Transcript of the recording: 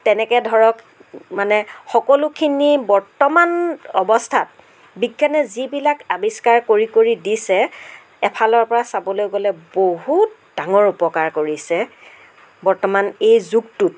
তেনেকৈ ধৰক মানে সকলোখিনি বৰ্তমান অৱস্থাত বিজ্ঞানে যিবিলাক আৱিষ্কাৰ কৰি কৰি দিছে এফালৰ পৰা চাবলৈ গ'লে বহুত ডাঙৰ উপকাৰ কৰিছে বৰ্তমান এই যুগটোত